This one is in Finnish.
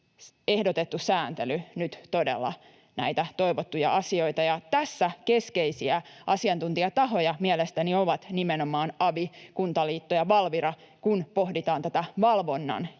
ehdotettu sääntely nyt todella näitä toivottuja asioita. Tässä keskeisiä asiantuntijatahoja mielestäni ovat nimenomaan avi, Kuntaliitto ja Valvira, kun pohditaan tätä valvonnan järjestämistä